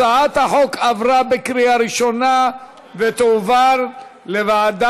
הצעת החוק עברה בקריאה ראשונה ותועבר לוועדת